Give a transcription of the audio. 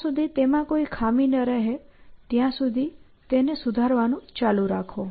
જ્યાં સુધી તેમાં કોઈ ખામી ન રહે ત્યાં સુધી તેને સુધારવાનું ચાલુ રાખો